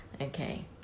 Okay